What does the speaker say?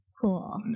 Cool